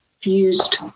fused